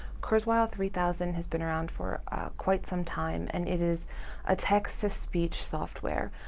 kurzweil three thousand has been around for quite some time and it is a text-to-speech software.